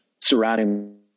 surrounding